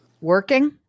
Working